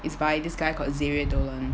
it's by this guy called xavier dolan